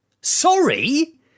Sorry